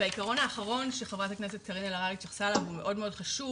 העיקרון האחרון שח"כ קארין אלהרר התייחסה אליו והוא מאוד חשוב,